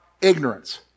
ignorance